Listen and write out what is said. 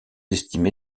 estimé